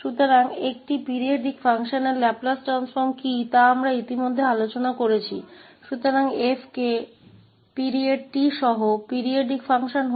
तो एक आवर्त फलन का लाप्लास रूपांतर हम पहले ही चर्चा कर चुके हैं कि आवर्त फलन क्या है